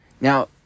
Now